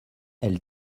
elle